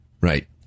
Right